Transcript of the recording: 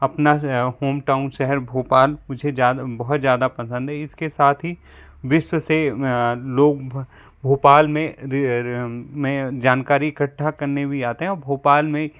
अपना जो है होमटाउन शहर भोपाल मुझे ज़्यादा बहुत ज्यादा पसंद है इसके साथ ही विश्व से लोग भोपाल में में जानकारी इकट्ठा करने भी आते हैं और भोपाल में